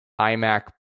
iMac